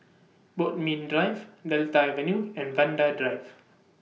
Bodmin Drive Delta Avenue and Vanda Drive